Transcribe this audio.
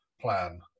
plan